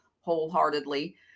wholeheartedly